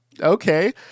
okay